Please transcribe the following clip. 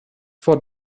for